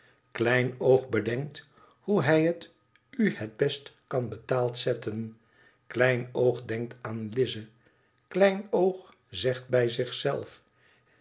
kleinoog bedenkt hoe hij het u het best kan betaald zetten kleinoog denkt aan lize kleinoog zegt bij